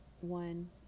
one